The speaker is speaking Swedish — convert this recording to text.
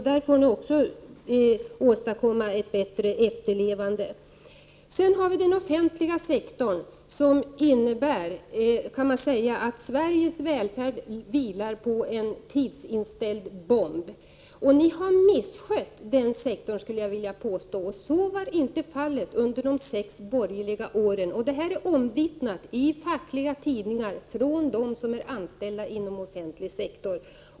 Ni får alltså se till att den efterlevnaden blir bättre. Sedan till den offentliga sektorn. Man kan säga att Sveriges välfärd vilar på en tidsinställd bomb. Ni har misskött den offentliga sektorn, skulle jag vilja påstå. Så var inte fallet under de sex borgerliga åren. Det är omvittnat i fackliga tidningar från dem som är anställda inom den offentliga sektorn.